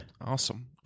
Awesome